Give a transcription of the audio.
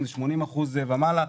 אם זה 80% ומעלה.